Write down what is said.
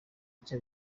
icyo